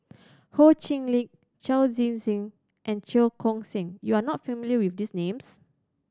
Ho Chee Lick Chao Tzee Cheng and Cheong Koon Seng you are not familiar with these names